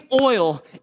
oil